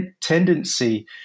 tendency